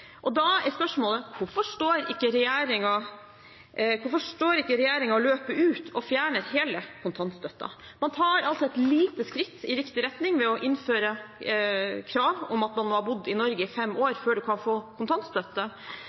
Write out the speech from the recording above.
arbeidslivet.» Da er spørsmålet: Hvorfor står ikke regjeringen løpet ut og fjerner hele kontantstøtten? Man tar altså et lite skritt i riktig retning ved å innføre krav om at man må ha bodd i Norge i fem år før man kan få kontantstøtte,